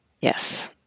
Yes